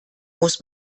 muss